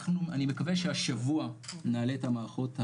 אני מקווה שהשבוע נעלה את המערכות,